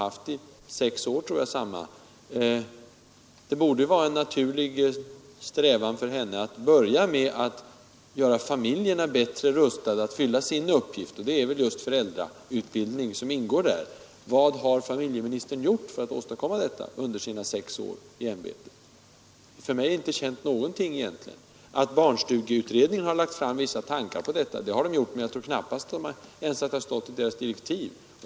Det borde vara en naturlig strävan för henne att börja med att göra familjerna bättre rustade att fylla sin uppgift. Där ingår föräldrautbildning. Vad har familjeministern gjort för att åstadkomma detta under sina sex år i ämbetet? För mig är inte någonting känt. Barnstugeutredningen har lagt fram vissa tankar på detta, men jag tror knappast det har stått i deras direktiv.